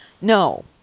No